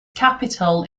capital